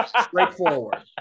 Straightforward